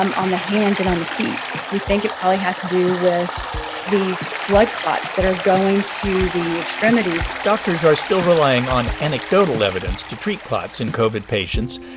um on the hands and on the feet. we think it probably has to do with these blood clots that are going to the extremities doctors are still relying on anecdotal evidence to treat clots in covid patients,